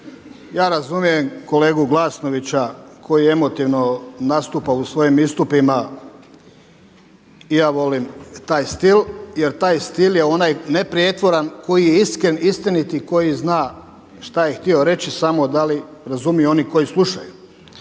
Ja razumijem kolegu Glasnovića koji emotivno nastupa u svojim istupima. I ja volim taj stil, jer taj stil je onaj neprijetvoran koji je iskren, istinit i koji zna šta je htio reći samo da li razumiju oni koji slušaju.